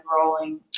rolling